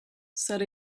said